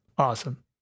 Awesome